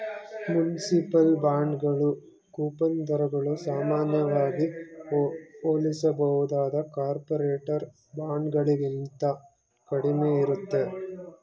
municipal ಬಾಂಡ್ಗಳು coupon ದರಗಳು ಸಾಮಾನ್ಯವಾಗಿ ಹೋಲಿಸಬಹುದಾದ ಕಾರ್ಪೊರೇಟರ್ ಬಾಂಡ್ಗಳಿಗಿಂತ ಕಡಿಮೆ ಇರುತ್ತೆ